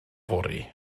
fory